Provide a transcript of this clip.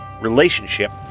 relationship